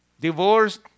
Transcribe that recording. Divorced